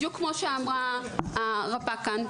בדיוק כמו שאמרה הרפ"ק כאן,